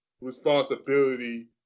responsibility